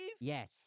Yes